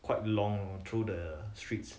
quite long through the streets